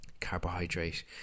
carbohydrate